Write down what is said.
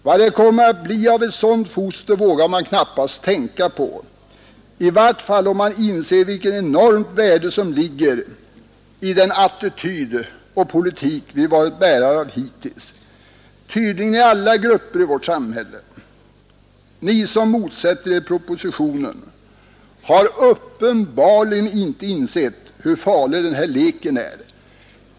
Vad det kommer att bli av ett sådant foster vågar man knappast tänka på, i vart fall om man inser vilket enormt värde som ligger i den attityd och politik vi varit bärare av hittills, tydligen i alla grupper i vårt samhälle. Ni som motsätter er propositionen har uppenbarligen inte insett hur farlig den här leken är.